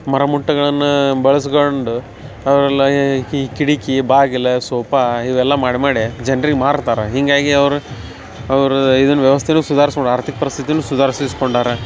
ಮರ ಮುಟ್ಟುಗಳನ್ನ ಬಳ್ಸ್ಕೊಂಡು ಅವರೆಲ್ಲ ಏ ಕಿಡಿಕಿ ಬಾಗಿಲ ಸೋಲ್ಪ ಇವೆಲ್ಲ ಮಾಡಿ ಮಾಡಿ ಜನ್ರಿಗೆ ಮಾರ್ತಾರೆ ಹೀಗಾಗಿ ಅವರ ಅವ್ರ ಇದುನ್ನ ವ್ಯವಸ್ಥೆನು ಸುಧಾರ್ಸ್ಕೊಂಡು ಆರ್ಥಿಕ ಪರಿಸ್ಥಿತಿನು ಸುಧಾರ್ಸಿಸ್ಕೊಂಡಾರೆ